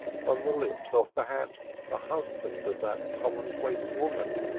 from the lips of, perhaps, the husband of that commonplace woman,